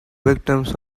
victims